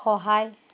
সহায়